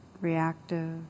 reactive